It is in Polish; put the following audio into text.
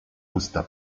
usta